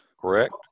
correct